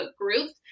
groups